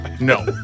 no